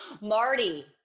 Marty